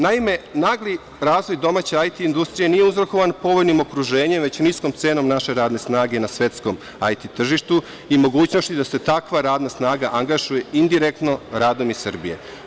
Naime, nagli razvoj domaće IT industrije nije uzrokovan povoljnim okruženjem, već niskom cenom naše radne snage na svetskom IT tržištu i mogućnošću da se takva radna snaga angažuje indirektno radom iz Srbije.